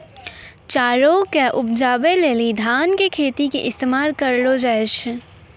चाउरो के उपजाबै लेली धान के खेतो के इस्तेमाल करलो जाय छै